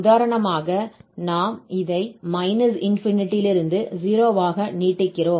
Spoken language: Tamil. உதாரணமாக நாம் இதை − இலிருந்து 0 ஆக நீட்டுகிறோம்